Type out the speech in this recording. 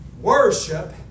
Worship